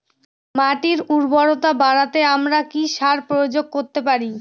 মাটির উর্বরতা বাড়াতে আমরা কি সার প্রয়োগ করতে পারি?